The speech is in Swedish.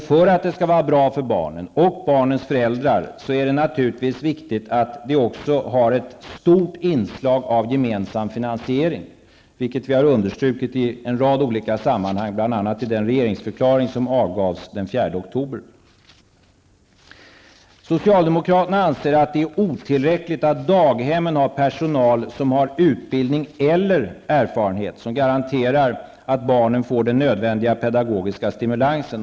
För att det skall vara bra för barnen och barnens föräldrar är det naturligtvis viktigt att det också har ett stort inslag av gemensam finansiering, vilket vi har understrukit i en rad olika sammanhang, bl.a. i den regeringsförklaring som avgavs den 4 oktober. Socialdemokraterna anser att det är otillräckligt att daghemmen har personal som har utbildning eller erfarenhet som garanterar att barnen får den nödvändiga pedagogiska stimulansen.